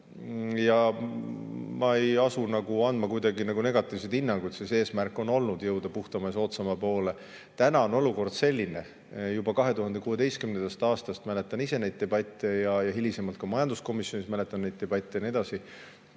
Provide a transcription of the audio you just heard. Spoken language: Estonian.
Ma ei asu andma kuidagi negatiivseid hinnanguid, sest eesmärk on jõuda puhtama ja soodsama poole. Praegu on olukord selline – juba 2016. aastast mäletan neid debatte ja hilisemalt ka majanduskomisjonis mäletan neid debatte ja